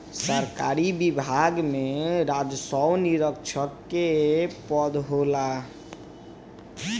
सरकारी विभाग में राजस्व निरीक्षक के पद होला